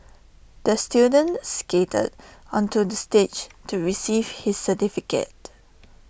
the student skated onto the stage to receive his certificate